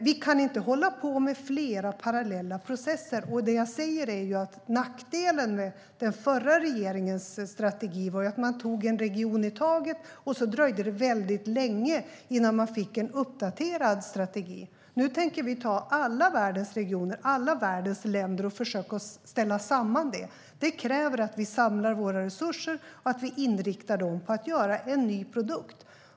Vi kan inte hålla på med flera parallella processer. Nackdelen med den förra regeringens strategi var, som jag har sagt, att man tog en region i taget. Sedan dröjde det väldigt länge innan man fick en uppdaterad strategi. Nu tänker vi ta alla världens regioner och alla världens länder och försöka ställa samman det. Det kräver att vi samlar våra resurser och inriktar dem på att göra en ny produkt.